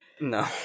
No